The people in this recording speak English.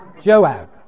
Joab